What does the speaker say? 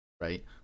right